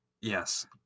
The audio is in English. Yes